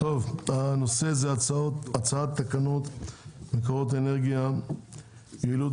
הנושא זה הצעות תקנות מקורות אנרגיה יעילות